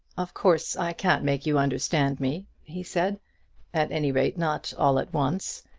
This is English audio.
of course i can't make you understand me, he said at any rate not all at once.